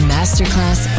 Masterclass